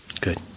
Good